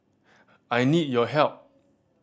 I need your help